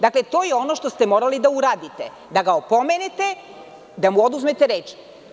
Dakle, to je ono što ste morali da uradite da ga opomenete da mu oduzmete reč.